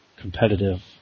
competitive